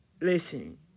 listen